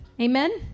Amen